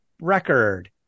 record